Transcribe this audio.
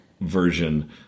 version